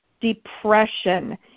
depression